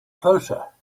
closer